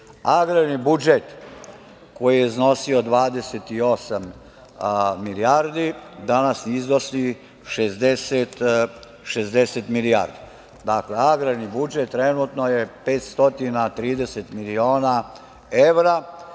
budžet, koji je iznosio 28 milijardi, danas iznosi 60 milijardi. Dakle, agrarni budžet je trenutno 530 miliona evra.